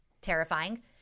Terrifying